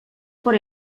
por